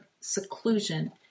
seclusion